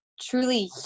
truly